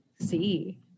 see